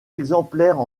exemplaires